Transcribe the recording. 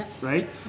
right